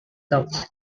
doubts